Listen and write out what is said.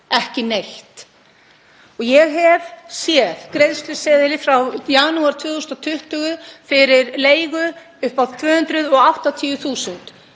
ekki neitt. Ég hef séð greiðsluseðil frá janúar 2020 fyrir leigu upp á 280.000